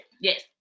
yes